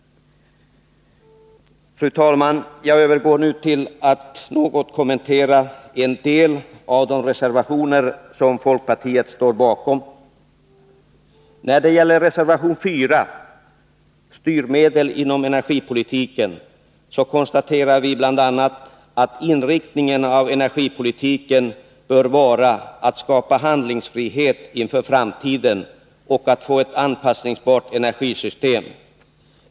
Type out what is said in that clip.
Fru talman! Jag övergår så till att något kommentera en del av de reservationer som folkpartiet står bakom. I reservation 4 beträffande styrmedel inom energipolitiken konstaterar vi bl.a. att inriktningen av energipolitiken bör vara att skapa handlingsfrihet inför framtiden och att få ett anpassningsbart energisystem.